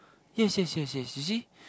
yes yes yes yes you see